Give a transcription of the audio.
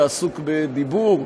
יש עתיד,